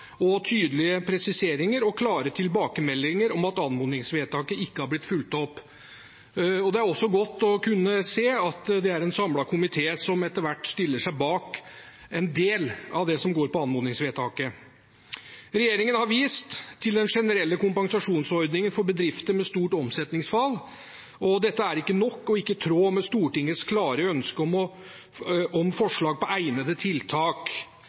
og tydelige presiseringer og klare tilbakemeldinger om at anmodningsvedtaket ikke har blitt fulgt opp. Det er godt å kunne se at det er en samlet komité som etter hvert stiller seg bak en del av det som går på anmodningsvedtaket. Regjeringen har vist til den generelle kompensasjonsordningen for bedrifter med stort omsetningsfall. Dette er ikke nok og ikke i tråd med Stortingets klare ønske om forslag om egnede tiltak